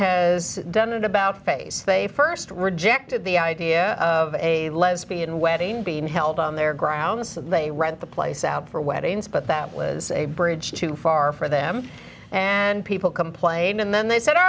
has done an about face they st rejected the idea of a lesbian wedding being held on their grounds that they rent the place out for weddings but that was a bridge too far for them and people complained and then they said all